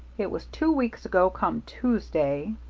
it was two weeks ago come tuesday.